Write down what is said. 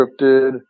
scripted